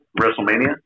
WrestleMania